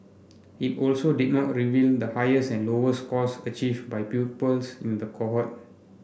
it also did not reveal the highest and lowest scores achieved by pupils in the cohort